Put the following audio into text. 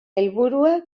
helburua